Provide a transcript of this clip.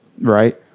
Right